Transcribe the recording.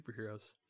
superheroes